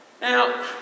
Now